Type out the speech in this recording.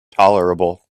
tolerable